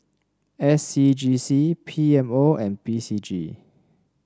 S C G C P M O and P C G